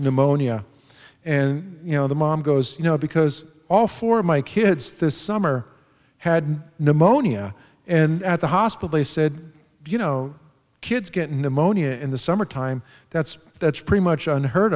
pneumonia and you know the mom goes you know because all four of my kids this summer had pneumonia and at the hospital they said you know kids get pneumonia in the summertime that's that's pretty much unheard